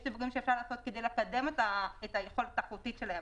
יש דברים שאפשר לעשות כדי לקדם את יכולת התחרות שלהם,